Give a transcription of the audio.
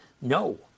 No